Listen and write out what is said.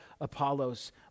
Apollos